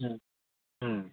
ହୁଁ ହୁଁ